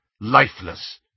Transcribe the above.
lifeless